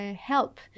help